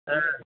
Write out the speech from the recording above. हा